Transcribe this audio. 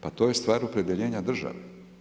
Pa to je stvar opredjeljenja države.